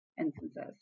instances